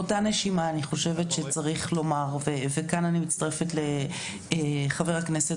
באותה נשימה כאן אני מצטרפת לחבר הכנסת